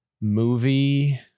movie